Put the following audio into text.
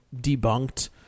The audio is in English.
debunked